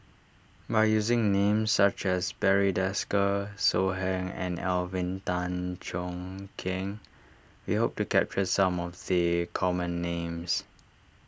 by using names such as Barry Desker So Heng and Alvin Tan Cheong Kheng we hope to capture some of the common names